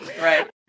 Right